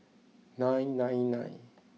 nine nine nine